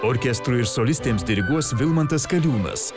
orkestrui ir solistėms diriguos vilmantas kaliūnas